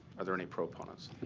are there any proponents?